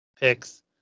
picks